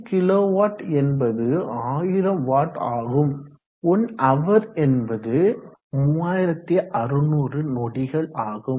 1 kW என்பது 1000 W ஆகும் 1h என்பது 3600 நொடிகள் ஆகும்